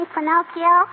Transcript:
Pinocchio